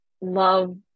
love